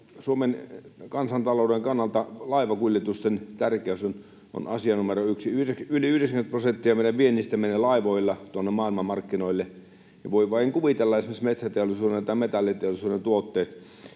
Suomen kansantalouden kannalta laivakuljetusten tärkeys on asia numero yksi: yli 90 prosenttia meidän viennistä menee laivoilla tuonne maailmanmarkkinoille. Ja voi vain kuvitella esimerkiksi metsäteollisuuden tai metalliteollisuuden tuotteiden